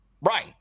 Right